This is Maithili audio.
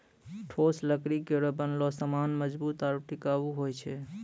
ठोस लकड़ी केरो बनलो सामान मजबूत आरु टिकाऊ होय छै